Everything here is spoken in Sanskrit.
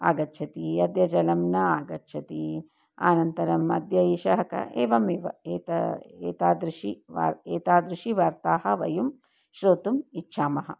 आगच्छति अद्य जलं न आगच्छति अनन्तरम् अद्य एषः कः एवम् एव एते एतादृशी वार्ता एतादृश्यः वार्ताः वयं श्रोतुम् इच्छामः